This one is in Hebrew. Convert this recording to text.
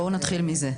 בואו נתחיל מזה.